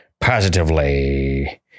positively